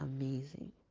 amazing